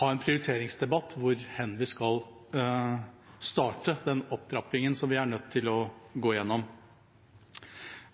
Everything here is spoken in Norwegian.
ha en prioriteringsdebatt om hvor vi skal starte den opptrappingen, som vi er nødt til å gå gjennom.